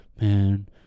man